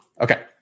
Okay